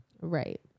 Right